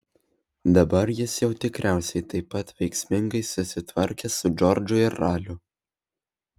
dabar jis jau tikriausiai taip pat veiksmingai susitvarkė su džordžu ir raliu